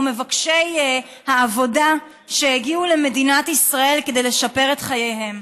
מבקשי העבודה שהגיעו למדינת ישראל כדי לשפר את חייהם.